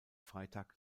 freitag